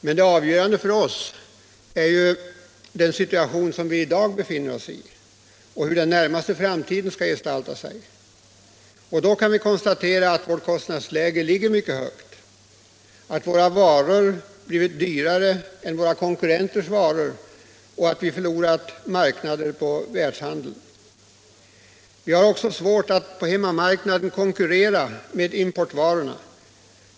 Men det avgörande för oss är den situation som vi i dag befinner oss i och hur den närmaste framtiden skall gestalta sig. Vi kan då konstatera att vårt kostnadsläge är mycket högt, att våra varor blivit dyrare än våra konkurrenters varor och att vi förlorat marknad i världshandeln. Vi har också svårt att på hemmamarknaden konkurrera med importvarorna.